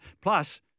Plus